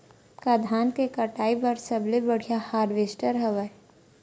का धान के कटाई बर सबले बढ़िया हारवेस्टर हवय?